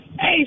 Hey